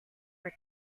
were